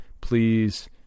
please